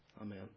Amen